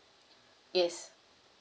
yes